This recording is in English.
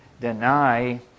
deny